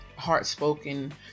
Heartspoken